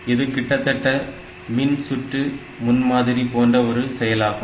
இது கிட்டத்தட்ட மின்சுற்று முன்மாதிரி போன்ற ஒரு செயலாகும்